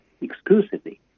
exclusively